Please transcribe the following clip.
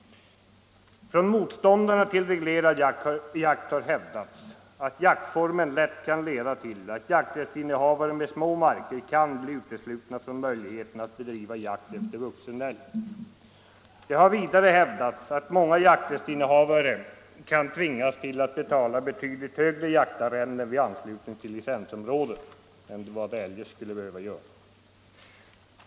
Från motståndarna till reglerad jakt har hävdats att jaktformen lätt kan leda till att jakträttsinnehavare med små marker kan bli uteslutna från möjligheten att bedriva jakt efter vuxen älg. Det har vidare hävdats att många jakträttsinnehavare kan tvingas till att betala betydligt högre jaktarrenden vid anslutning till licensområde än de eljest skulle behöva göra.